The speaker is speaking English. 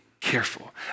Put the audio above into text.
careful